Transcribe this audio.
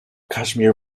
kashmir